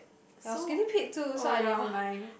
ya I was getting paid too so I didn't mind